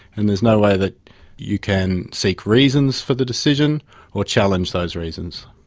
and there's no way that you can seek reasons for the decision or challenge those reasons.